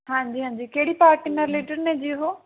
ਹਾਂਜੀ ਹਾਂਜੀ ਕਿਹੜੀ ਪਾਰਟੀ ਨਾਲ ਰਿਲੇਟਡ ਨੇ ਜੀ ਉਹ